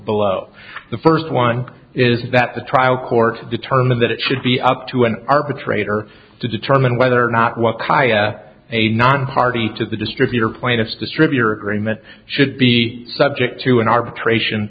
below the first one is that the trial court determined that it should be up to an arbitrator to determine whether or not what the higher a nonparty to the distributor plaintiff distributor agreement should be subject to an arbitration